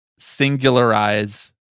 singularize